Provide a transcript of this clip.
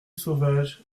sauvage